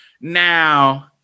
Now